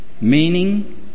meaning